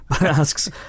asks